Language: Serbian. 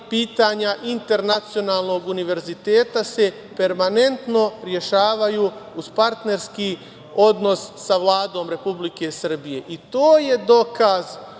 pitanja internacionalnog univerziteta se permanentno rešavaju, uz partnerski odnos sa Vladom Republike Srbije. To je dokaz